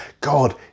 God